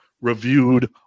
reviewed